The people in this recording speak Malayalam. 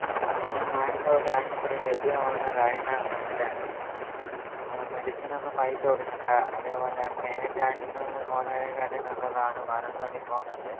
നമുക്ക് ഈ മാനന്തവാടി ആശുപത്രിയിൽ ലഭ്യമാകുന്ന കാര്യങ്ങൾ എന്നു വച്ചാൽ നമ്മൾ മെഡിസിനൊന്നും പൈസ കൊടുക്കേണ്ട അതേപോലെ പ്രൈവറ്റ് ആശുപത്രിയിൽ പോകുന്നതിനെക്കാട്ടിയും നല്ലതാണ് മാനന്തവാടി പോകുന്നത്